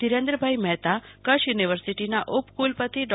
ધીરેન્દ્રભાઈ મહેતા કચ્ય યુનીના ઉપકુલપતિ ડો